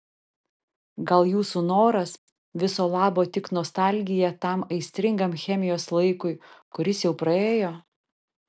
gal jūsų noras viso labo tik nostalgija tam aistringam chemijos laikui kuris jau praėjo